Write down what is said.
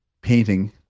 painting